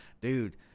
Dude